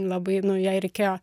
labai nu jai reikėjo